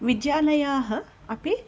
विद्यालयाः अपि